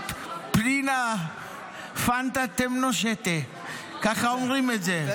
פנינה פנטה תמנו שטה, ככה אומרים את זה?